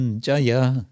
Jaya